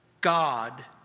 God